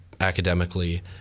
academically